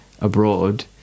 abroad